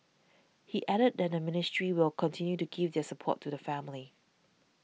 he added that the ministry will continue to give their support to the family